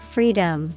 Freedom